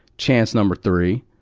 chance number three.